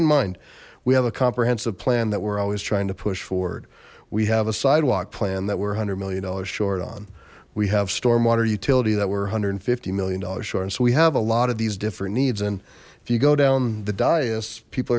in mind we have a comprehensive plan that we're always trying to push forward we have a sidewalk plan that we're one hundred million dollars short on we have stormwater utility that were one hundred and fifty million dollars short and so we have a lot of these different needs and if you go down the diocese people